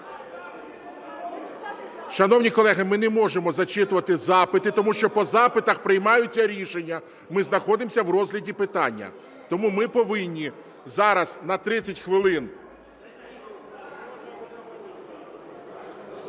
Шановні колеги, ми не можемо зачитувати запити. Тому що по запитах приймаються рішення. Ми знаходимось в розгляді питання. Тому ми повинні зараз на 30 хвилин.